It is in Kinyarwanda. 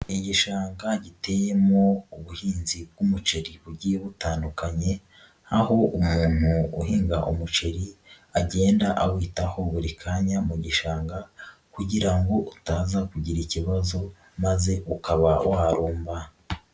Ni igishanga giteyemo ubuhinzi bw'umuceri bugiye butandukanye, aho umuntu uhinga umuceri agenda awitaho buri kanya mu gishanga kugira ngo utaza kugira ikibazo maze ukaba warumba.